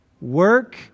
work